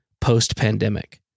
post-pandemic